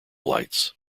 lights